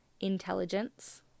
intelligence